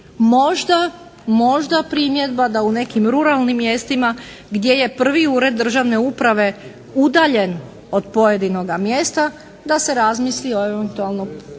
možda primjedba da u nekim ruralnim mjestima gdje je prvi ured državne uprave udaljen od pojedinoga mjesta da se razmisli o eventualnom